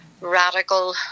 radical